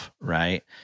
Right